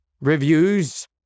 reviews